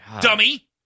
dummy